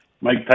Mike